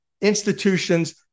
institutions